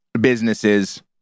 businesses